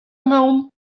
emaomp